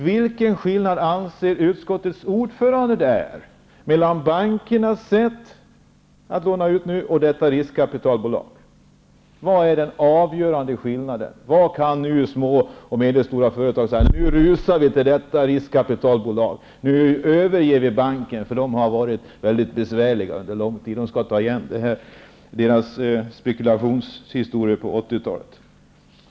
Vilken skillnad anser utskottets ordförande att det är mellan bankernas sätt att låna ut pengar och riskkapitalbolag? Vad är den avgörande skillnaden? Skall små och medelstora företag säga att de skall rusa till detta riskkapitalbolag och överge banken, eftersom man där har varit besvärliga under en längre tid och företagen vill ta igen sina spekulationshistorier från 80-talet?